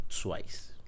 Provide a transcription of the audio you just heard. twice